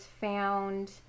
found